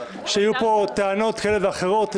-- שהיו פה טענות כאלה ואחרות.